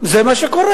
זה מה שקורה.